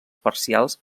parcials